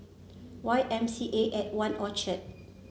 Y M C A At One Orchard